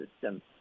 system